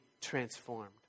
transformed